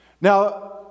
now